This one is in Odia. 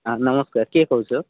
ହଁ ନମସ୍କାର କିଏ କହୁଛ